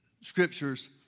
scriptures